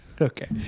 Okay